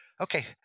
okay